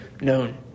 known